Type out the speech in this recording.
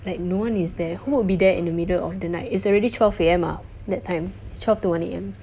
like no one is there who will be there in the middle of the night it's already twelve A_M ah that time twelve to one A_M